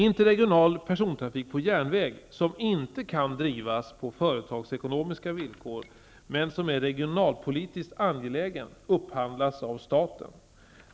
Interregional persontrafik på järnväg, som inte kan drivas på företagsekonomiska villkor men som är regionalpolitiskt angelägen, upphandlas av staten.